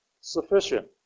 sufficient